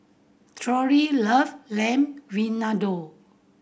Torey love Lamb Vindaloo